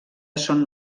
son